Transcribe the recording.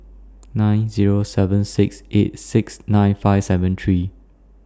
nine Zero seven six eight six nine five seven three